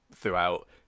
throughout